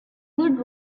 would